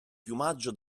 piumaggio